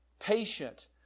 Patient